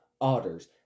otters